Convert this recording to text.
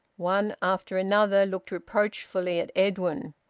one after another looked reproachfully at edwin,